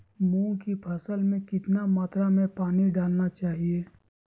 मूंग की फसल में कितना मात्रा में पानी डालना चाहिए?